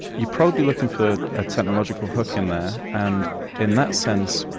you'd probably be looking for a theological hook in there, and in that sense,